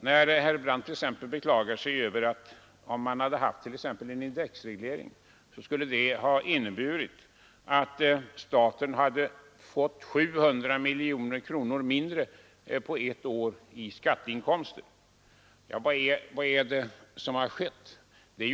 Herr Brandt hänvisar till att en indexreglering skulle ha inneburit att staten hade fått 700 miljoner kronor mindre på ett år i skatteinkomster. Vad är det då som nu har skett?